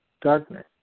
darkness